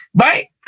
right